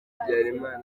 habyalimana